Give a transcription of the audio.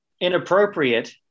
inappropriate